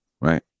right